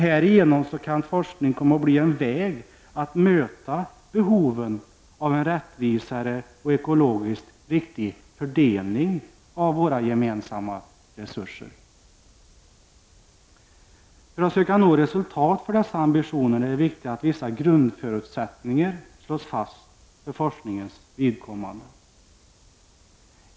Härigenom kan forskning komma att bli en väg att möta behoven av en rättvisare och ekologiskt riktig fördelning av våra gemensamma resurser. För att söka nå resultat för dessa ambitioner är det viktigt att vissa grundförutsättningar slås fast för forskningens vidkommande.